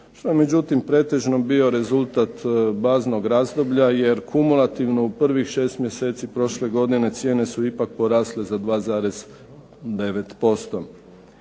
što je međutim pretežno bio rezultat baznog razdoblja jer kumulativno u prvih šest mjeseci prošle godine cijene su ipak porasle za 2,9%.